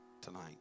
tonight